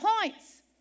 points